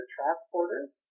Transporters